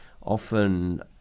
Often